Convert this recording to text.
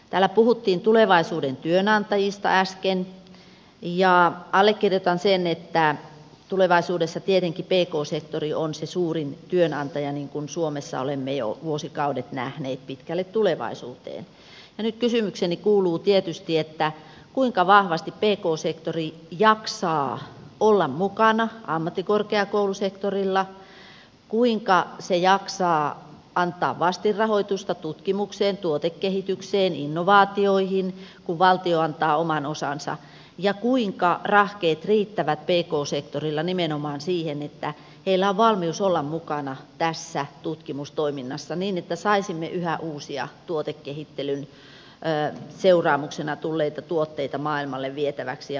täällä puhuttiin tulevaisuuden työnanta jista äsken ja allekirjoitan sen että tulevaisuudessa tietenkin pk sektori on se suurin työnantaja niin kuin suomessa olemme jo vuosikaudet nähneet pitkälle tulevaisuuteen ja nyt kysymykseni kuuluu tietysti kuinka vahvasti pk sektori jaksaa olla mukana ammattikorkeakoulusektorilla kuinka se jaksaa antaa vastinrahoitusta tutkimukseen tuotekehitykseen innovaatioihin kun valtio antaa oman osansa ja kuinka rahkeet riittävät pk sektorilla nimenomaan siihen että heillä on valmius olla mukana tässä tutkimustoiminnassa niin että saisimme yhä uusia tuotekehittelyn seuraamuksena tulleita tuotteita maailmalle vietäväksi ja markkinoitavaksi